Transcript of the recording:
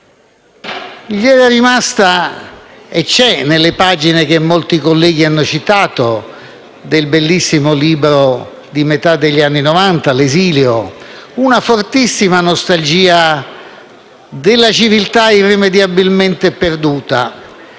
gli era rimasta, ed è presente nelle pagine che molti colleghi hanno citato di «Esilio», bellissimo libro di metà degli anni Novanta, una fortissima nostalgia della civiltà irrimediabilmente perduta.